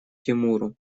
тимуру